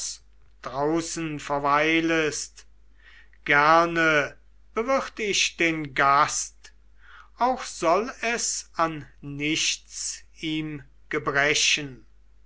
draußen verweilest gerne bewirt ich den gast auch soll es an nichts ihm gebrechen